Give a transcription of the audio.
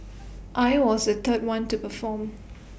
I was the third one to perform